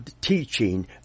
teaching